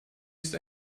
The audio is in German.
ist